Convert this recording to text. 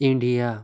India